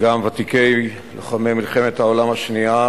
ותיקי לוחמי מלחמת העולם השנייה